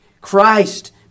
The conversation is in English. Christ